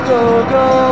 Go-Go